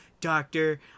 doctor